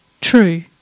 true